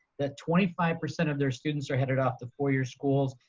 that twenty five percent of their students are headed off to four-year schools,